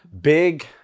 Big